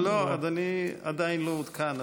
לא, אדוני עדיין לא עודכן.